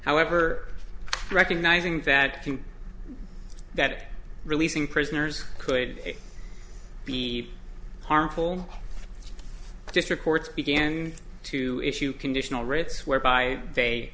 however recognizing that that releasing prisoners could be harmful just reports began to issue conditional rates whereby they